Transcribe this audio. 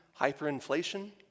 hyperinflation